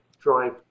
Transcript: drive